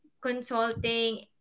consulting